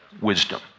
wisdom